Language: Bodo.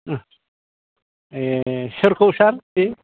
ए सोरखौ सार बे